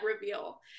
reveal